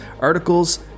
articles